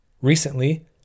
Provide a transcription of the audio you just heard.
Recently